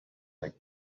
like